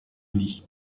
lit